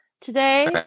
today